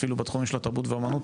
אפילו בתחומים של התרבות והאומנות,